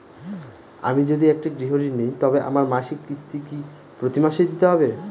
আমি যদি একটি গৃহঋণ নিই তবে আমার মাসিক কিস্তি কি প্রতি মাসে দিতে হবে?